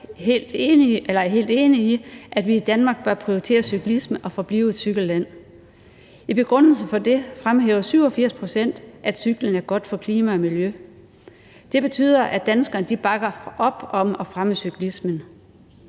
er enige i, at vi i Danmark bør prioritere cyklisme og forblive et cykelland. I begrundelsen for det fremhæver 87 pct., at cyklen er godt for klima og miljø. Det betyder, at danskerne bakker op om at fremme cyklismen.